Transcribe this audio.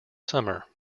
summer